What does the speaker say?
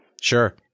Sure